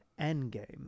Endgame